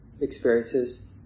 experiences